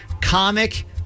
Comic